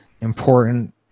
important